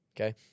okay